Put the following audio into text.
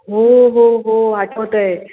हो हो हो आठवत आहे